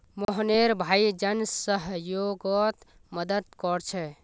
मोहनेर भाई जन सह्योगोत मदद कोरछे